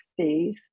60s